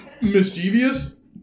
mischievous